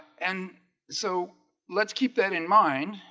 and so let's keep that in mind.